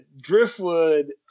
Driftwood